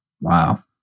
Wow